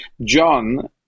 John